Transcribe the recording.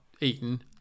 eaten